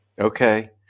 Okay